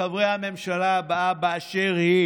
לחברי הממשלה הבאה באשר היא